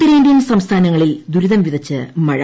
ഉത്തരേന്ത്യൻ സംസ്ഥാനങ്ങളിൽ ദുരിതം വിതച്ച് മഴ